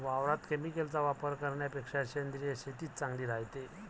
वावरात केमिकलचा वापर करन्यापेक्षा सेंद्रिय शेतीच चांगली रायते